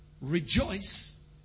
Rejoice